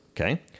Okay